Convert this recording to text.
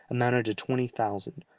amounted to twenty thousand,